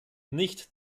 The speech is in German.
nicht